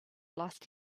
last